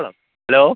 hello